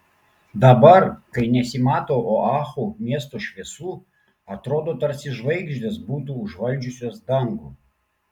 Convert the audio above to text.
dabar kai nesimato oahu miesto šviesų atrodo tarsi žvaigždės būtų užvaldžiusios dangų